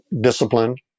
disciplined